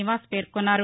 నివాస్ పేర్కొన్నారు